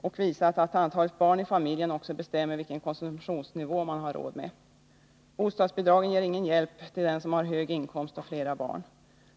och visat att antalet barn i familjen också bestämmer vilken konsumtionsnivå man har råd med. Bostadsbidragen ger ingen hjälp till den som har hög inkomst och flera barn.